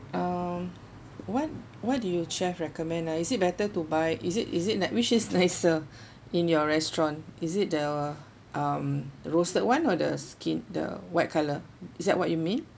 um what what do you chefs recommend lah is it better to buy is it is it that which is nicer in your restaurant is it the um roasted one or the skin the white color is that what you mean